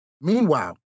Meanwhile